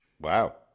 Wow